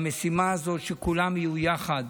במשימה הזאת, שכולם יהיו יחד.